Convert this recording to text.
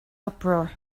uproar